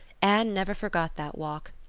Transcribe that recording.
anne never forgot that walk.